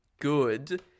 good